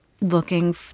Looking